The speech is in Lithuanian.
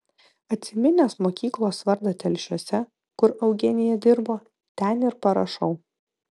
atsiminęs mokyklos vardą telšiuose kur eugenija dirbo ten ir parašau